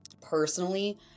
personally